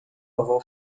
avô